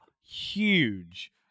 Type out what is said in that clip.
huge